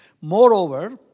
Moreover